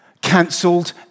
cancelled